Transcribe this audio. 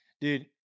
dude